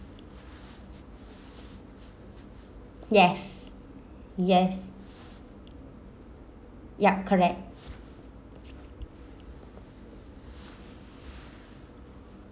yes yes ya correct